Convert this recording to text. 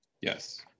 Yes